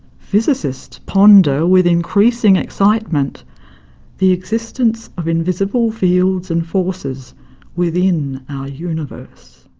physicists ponder with increasing excitement the existence of invisible fields and forces within our universe.